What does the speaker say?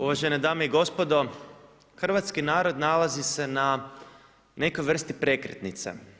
Uvažene dame i gospodo, hrvatski narod nalazi se na nekoj vrsti prekretnice.